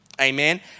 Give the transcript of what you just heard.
Amen